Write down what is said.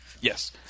Yes